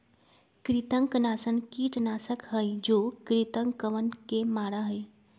कृंतकनाशक कीटनाशक हई जो कृन्तकवन के मारा हई